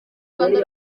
rwanda